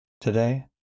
Today